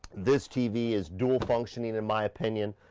this tv is dual functioning in my opinion,